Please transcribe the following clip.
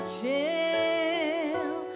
chill